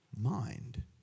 mind